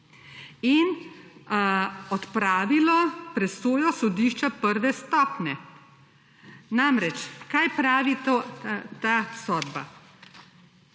in odpravilo presojo sodišča prve stopnje. Namreč, kaj pravi ta sodba.